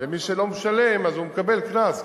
ומי שלא משלם אז הוא מקבל קנס,